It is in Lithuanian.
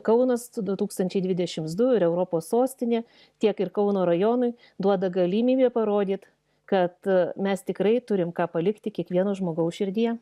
kaunas du tūkstančiai dvidešimts du ir europos sostinė tiek ir kauno rajonui duoda galimybę parodyt kad mes tikrai turim ką palikti kiekvieno žmogaus širdyje